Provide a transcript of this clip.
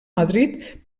madrid